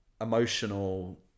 emotional